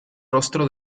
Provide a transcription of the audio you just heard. rostro